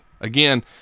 Again